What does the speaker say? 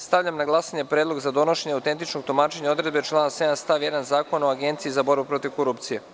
Stavljam na glasanje predlog za donošenje autentičnog tumačenja odredbe člana 7. stav 1. Zakona o Agenciji za borbu protiv korupcije.